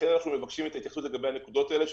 לכן אנחנו מבקשים את ההתייחסות לגבי הנקודות האלה,